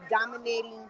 dominating